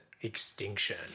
Extinction